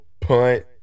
punt